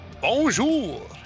bonjour